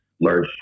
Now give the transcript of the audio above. large